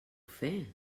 fer